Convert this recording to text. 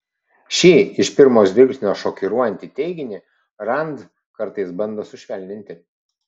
šį iš pirmo žvilgsnio šokiruojantį teiginį rand kartais bando sušvelninti